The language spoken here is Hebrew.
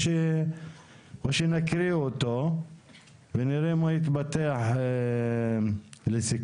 או שנקריא אותו ונראה מה יתפתח לסיכום.